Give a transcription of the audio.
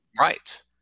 Right